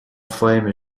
flame